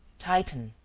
titan,